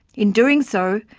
in doing so,